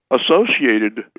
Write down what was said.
Associated